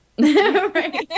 Right